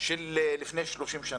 של לפני 30 שנה,